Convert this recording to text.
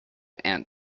aunt